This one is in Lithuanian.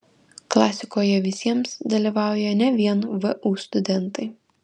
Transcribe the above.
klasikoje visiems dalyvauja ne vien vu studentai